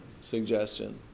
suggestion